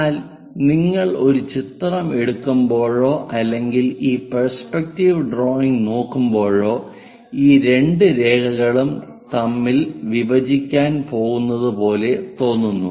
എന്നാൽ നിങ്ങൾ ഒരു ചിത്രം എടുക്കുമ്പോഴോ അല്ലെങ്കിൽ ഈ പെർസ്പെക്റ്റീവ് ഡ്രോയിംഗ് നോക്കുമ്പോഴോ ഈ രണ്ട് രേഖകളും തമ്മിൽ വിഭജിക്കാൻ പോകുന്നതുപോലെ തോന്നുന്നു